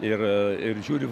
ir ir žiūri